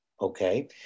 Okay